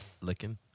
licking